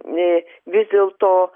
ne vis dėlto